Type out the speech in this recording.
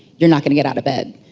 you're not going to get out of bed.